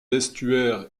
estuaires